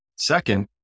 Second